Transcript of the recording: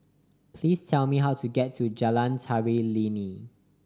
please tell me how to get to Jalan Tari Lilin